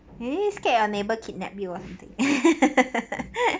eh scared your neighbor kidnap or something